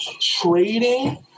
trading